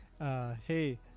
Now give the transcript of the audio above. Hey